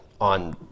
on